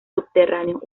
subterráneos